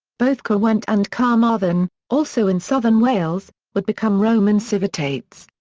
both caerwent and carmarthen, also in southern wales, would become roman civitates.